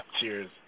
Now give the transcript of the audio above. Cheers